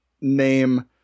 name